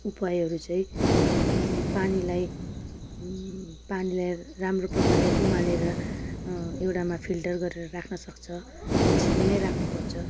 उपायहरू चाहिँ पानीलाई पानीलाई राम्रोसँग उमालेर एउटामा फिल्टर गरेर राख्नसक्छ त्यसरी नै राख्नुपर्छ